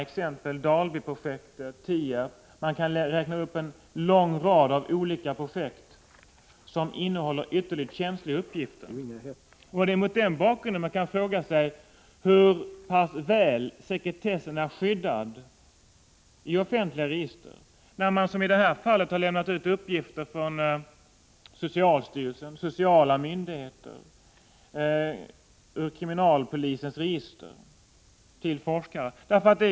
Dalbyprojektet, Tierp — man kan räkna upp en lång rad olika projekt som innehåller ytterligt känsliga uppgifter. Mot den bakgrunden frågar man sig hur pass väl sekretessen är skyddad i offentliga register. I det här aktuella fallet har det lämnats ut uppgifter från socialstyrelsen, sociala myndigheter och kriminalpolisens register till forskare.